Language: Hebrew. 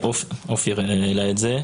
אופיר סופר העלה את זה.